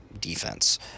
defense